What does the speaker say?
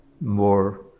more